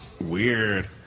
weird